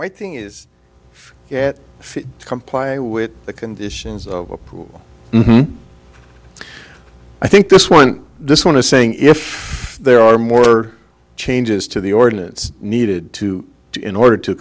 right thing is yet fit to comply with the conditions of a pool i think this one this one is saying if there are more changes to the ordinance needed to in order to